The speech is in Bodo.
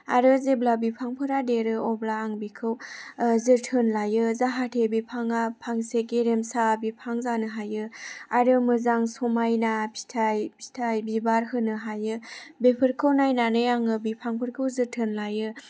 आरो जेब्ला बिफांफोरा देरो अब्ला आं बिखौ जोथोन लायो जाहाथे बिफाङा फांसे गेरेमसा बिफां जानो हायो आरो मोजां समायना फिथाइ फिथाइ बिबार होनो हायो बेफोरखौ नायनानै आङो बिफांफोरखौ जोथोन लायो